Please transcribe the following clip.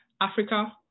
Africa